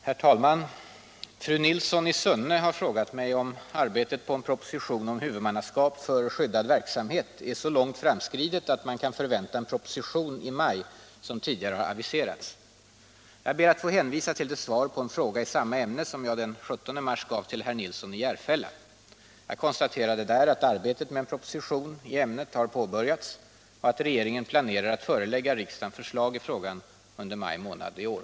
Herr talman! Fru Nilsson i Sunne har frågat mig om arbetet på en proposition om huvudmannaskap för skyddad verksamhet är så långt framskridet att man kan förvänta en proposition i maj som tidigare har aviserats. Jag ber att få hänvisa till det svar på en fråga i samma ämne som jag den 17 mars gav herr Nilsson i Järfälla. Jag konstaterade där att arbetet med en proposition i ämnet har påbörjats och att regeringen planerar att förelägga riksdagen förslag i frågan under maj månad i år.